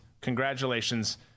Congratulations